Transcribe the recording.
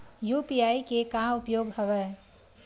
UPI के का उपयोग हवय?